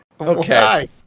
Okay